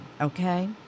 Okay